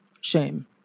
shame